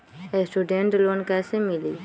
Student loan कैसे मिली?